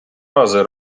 рази